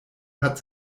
hat